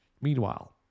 meanwhile